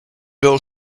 bill